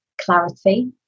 clarity